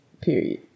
Period